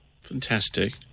Fantastic